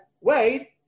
wait